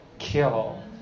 kill